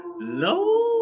low